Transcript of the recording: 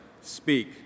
speak